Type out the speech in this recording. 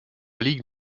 ligue